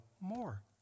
more